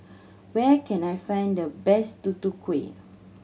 where can I find the best Tutu Kueh